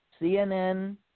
CNN